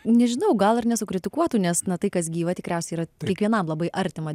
nežinau gal ir nesukritikuotų nes na tai kas gyva tikriausiai yra kiekvienam labai artima